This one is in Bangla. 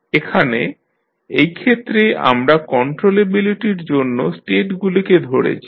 এখানে এইক্ষেত্রে আমরা কন্ট্রোলেবিলিটির জন্য স্টেটগুলিকে ধরেছি